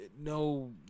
no